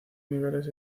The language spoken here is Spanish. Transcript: niveles